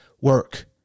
work